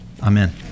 Amen